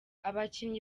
abakinnyi